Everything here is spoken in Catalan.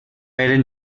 eren